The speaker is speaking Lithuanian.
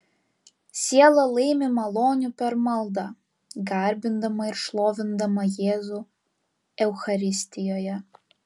siela laimi malonių per maldą garbindama ir šlovindama jėzų eucharistijoje